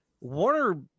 Warner